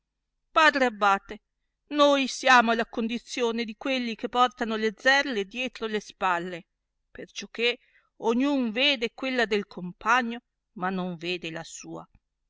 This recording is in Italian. padre abbate noi siamo alla condizione di quelli che portano le zerle dietro le spalle perciò che ogn un vede quella del campagne ma non vede la sua